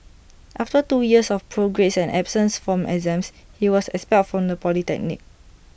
after two years of poor grades and absence from exams he was expelled from the polytechnic